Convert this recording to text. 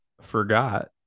forgot